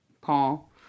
Paul